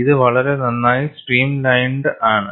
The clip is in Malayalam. ഇത് വളരെ നന്നായി സ്ട്രീം ലൈൻഡ് ആണ്